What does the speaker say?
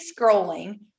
scrolling